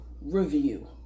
Review